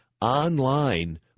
online